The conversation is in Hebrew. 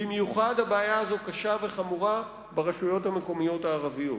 במיוחד הבעיה קשה וחמורה ברשויות המקומיות הערביות,